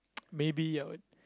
maybe I would